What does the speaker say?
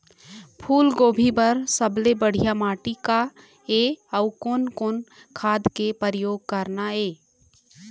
फूलगोभी बर सबले बढ़िया माटी का ये? अउ कोन कोन खाद के प्रयोग करना ये?